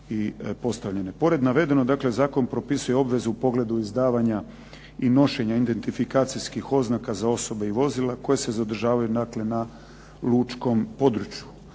i postavljene. Pored navedenog zakon propisuje obvezu u pogledu izdavanja i nošenja identifikacijskih oznaka za osobe i vozila koja se zadržavaju na lučkom području.